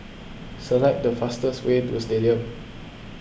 select the fastest way to Stadium